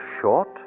short